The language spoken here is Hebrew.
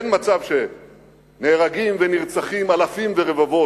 אין מצב שנהרגים ונרצחים אלפים ורבבות,